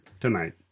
tonight